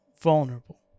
vulnerable